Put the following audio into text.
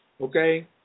okay